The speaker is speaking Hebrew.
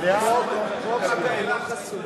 לאן אתה הולך עם קדימה?